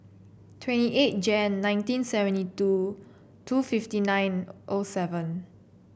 twenty eight Jan nineteen seventy two two fifty nine O seven